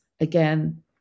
again